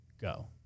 go